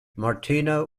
martino